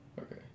Okay